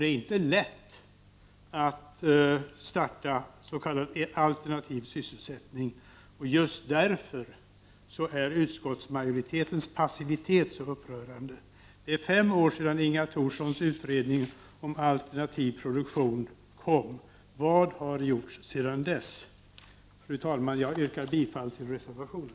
Det är inte lätt att starta s.k. alternativ sysselsättning. Just därför är utskottsmajoritetens passivitet så upprörande. Det är fem år sedan Inga Thorssons utredning om alternativ produktion kom. Vad har gjorts sedan dess? Fru talman! Jag yrkar bifall till reservationen.